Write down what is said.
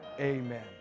Amen